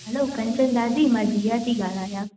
hello Kanchan दादी मां दिया थी ॻाल्हायां